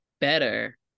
better